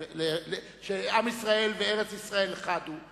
שעם ישראל וארץ-ישראל חד הם,